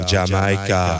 Jamaica